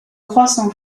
croissant